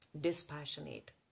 Dispassionate